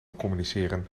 communiceren